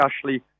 Ashley